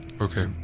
Okay